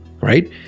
right